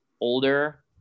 older